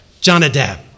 Jonadab